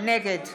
נגד